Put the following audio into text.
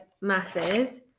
masses